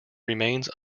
remains